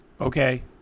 Okay